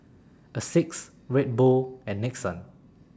Asics Red Bull and Nixon